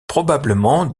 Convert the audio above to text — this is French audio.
probablement